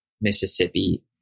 Mississippi